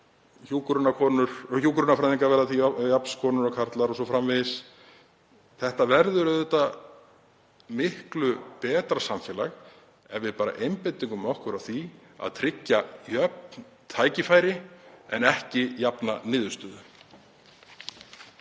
Hjúkrunarfræðingar verða til jafns konur og karlar o.s.frv. Þetta verður auðvitað miklu betra samfélag ef við bara einbeitum okkur að því að tryggja jöfn tækifæri en ekki jafna niðurstöðu.